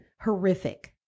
horrific